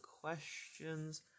questions